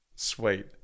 Sweet